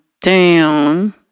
down